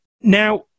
Now